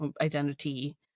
identity